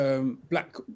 black